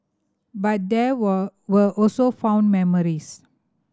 but there were were also fond memories